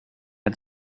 had